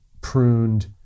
pruned